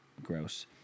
Gross